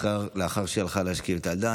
לאחר שהלכה להשכיב את הילדה,